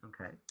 Okay